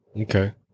Okay